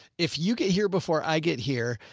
if you get here before i get here,